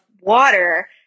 water